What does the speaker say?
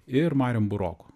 ir marium buroku